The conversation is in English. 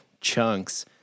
chunks